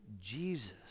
Jesus